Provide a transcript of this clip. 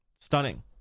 Stunning